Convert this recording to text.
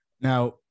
now